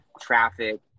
traffic